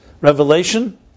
revelation